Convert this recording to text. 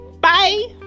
Bye